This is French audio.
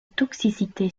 toxicité